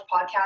podcast